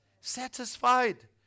satisfied